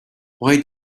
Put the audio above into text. why